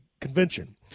convention